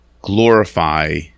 glorify